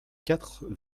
quatre